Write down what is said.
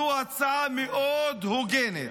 זו הצעה מאוד הוגנת.